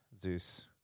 Zeus